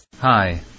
Hi